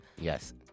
Yes